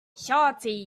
shawty